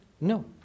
No